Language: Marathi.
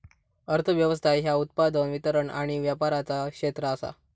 अर्थ व्यवस्था ह्या उत्पादन, वितरण आणि व्यापाराचा क्षेत्र आसा